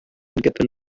given